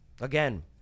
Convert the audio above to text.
Again